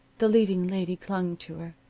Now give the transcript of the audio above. the leading lady clung to her.